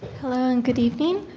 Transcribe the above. hello, and good evening.